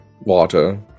water